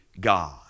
God